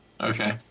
Okay